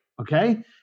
okay